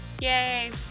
yay